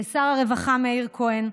ולשר הרווחה מאיר כהן,